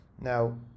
Now